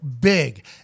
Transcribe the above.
big